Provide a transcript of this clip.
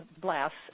blasts